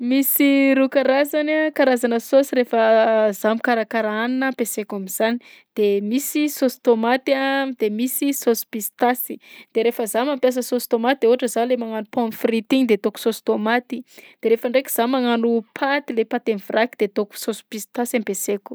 Misy roa karazany a karazana saosy rehefa aho mikarakara hanina ampiasaiko am'zany: de misy saosy tômaty a de misy saosy pistasy. De rehefa za mampiasa saosy tômaty de ohatra za le magnano pomme frite iny de ataoko saosy tômaty, de rehefa ndraiky zaho magnano paty le paty am'vraky de ataoko saosy pistasy ampiasaiko.